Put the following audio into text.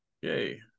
yay